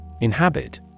Inhabit